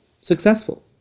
successful